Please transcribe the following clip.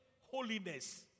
holiness